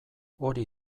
hori